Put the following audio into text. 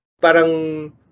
parang